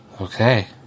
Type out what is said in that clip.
Okay